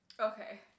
okay